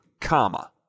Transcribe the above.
comma